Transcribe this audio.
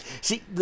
See